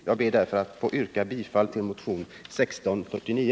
Jag ber därför att få yrka bifall till motionen 1649.